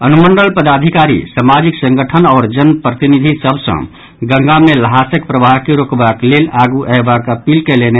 अनुमंडल पदाधिकारी समाजिक संगठन आओर जन प्रतिनिधि सभ सँ गंगा मे ल्हासक प्रवाह के रोकबाक लेल आगू अयबाक अपील कयलनि